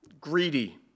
greedy